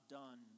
done